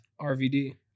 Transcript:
RVD